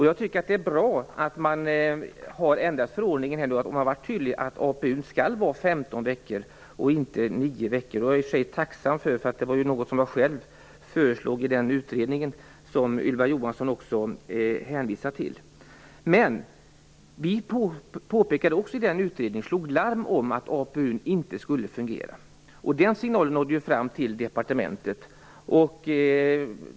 Jag tycker att det är bra att man har ändrat förordningen. Man har varit tydlig och sagt att APU skall omfatta 15 veckor, inte 9 veckor. Det är jag tacksam för. Det var något som jag själv föreslog i den utredning som Ylva Johansson hänvisar till. Vi påpekade i utredningen - slog larm om det - att APU inte skulle fungera. Den signalen nådde fram till departementet.